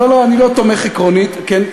לא לא, אני לא תומך עקרונית, כן?